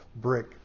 brick